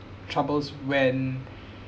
troubles when